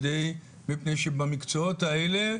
מפני שבמקצועות האלה,